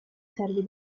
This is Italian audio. servi